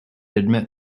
admit